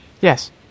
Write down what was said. Yes